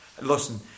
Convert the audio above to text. listen